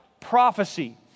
prophecy